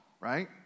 Right